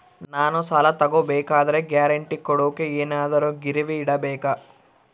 ನಾನು ಸಾಲ ತಗೋಬೇಕಾದರೆ ಗ್ಯಾರಂಟಿ ಕೊಡೋಕೆ ಏನಾದ್ರೂ ಗಿರಿವಿ ಇಡಬೇಕಾ?